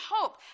hope